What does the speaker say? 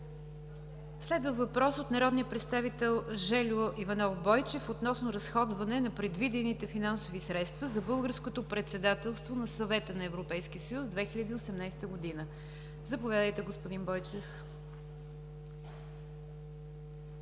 Следва въпрос от народния представител Жельо Иванов Бойчев относно разходване на предвидените финансови средства за българското председателство на Съвета на Европейския съюз 2018 г. Заповядайте, господин Бойчев.